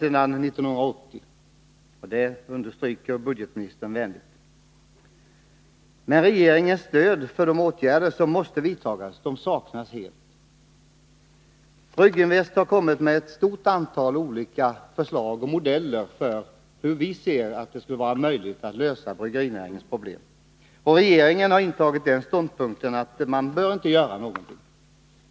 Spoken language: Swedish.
Det understryker också budgetministern vänligt. Men det saknas helt stöd från regeringen för de åtgärder som måste vidtas. Brygginvest har kommit med ett stort antal olika förslag till och modeller för hur vi skulle kunna lösa bryggerinäringens problem. Men regeringen har intagit den ståndpunkten att man inte bör göra någonting.